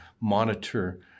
monitor